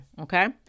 Okay